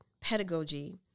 pedagogy